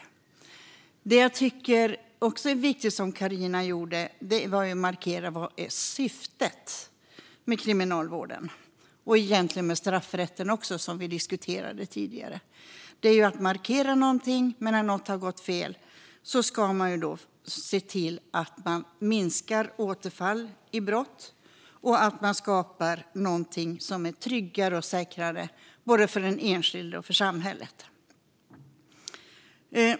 Något annat som Carina gjorde som jag också tycker var viktigt var att markera vad som är syftet med kriminalvården och egentligen också med straffrätten, som vi diskuterade tidigare. Det är att markera något, men när något har gått fel ska man se till att man minskar återfall i brott och att man skapar något som är tryggare och säkrare både för den enskilde och för samhället.